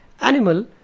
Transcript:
animal